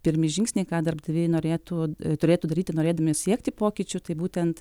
pirmi žingsniai ką darbdaviai norėtų turėtų daryti norėdami siekti pokyčių tai būtent